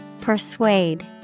Persuade